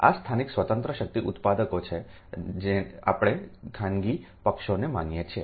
આ સ્થાનિક સ્વતંત્ર શક્તિ ઉત્પાદકો છે જે આપણે ખાનગી પક્ષોને માનીએ છીએ